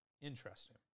Interesting